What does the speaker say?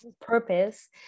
purpose